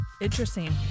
Interesting